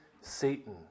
Satan